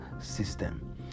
system